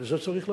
וזה צריך ללכת,